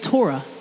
Torah